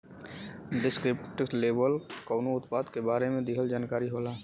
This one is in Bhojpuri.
डिस्क्रिप्टिव लेबल कउनो उत्पाद के बारे में दिहल जानकारी होला